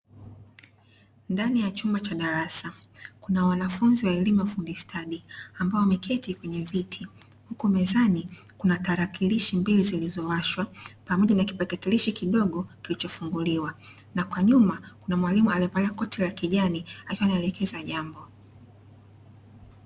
Ndani ya chumba cha darasa, kuna wanafunzi wa elimu ya ufundi stadi ambao wameketi kwenye viti, huku mezani kuna tarakilishi mbili zilizowashwa pamoja na kipakatalishi kidogo kilichofunguliwa. Na kwa nyuma kuna mwalimu aliyevalia koti la kijani, akiwa anaelekeza jambo.